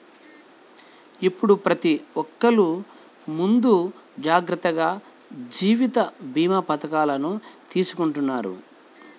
ఇప్పుడు ప్రతి ఒక్కల్లు ముందు జాగర్తగా జీవిత భీమా పథకాలను తీసుకుంటన్నారు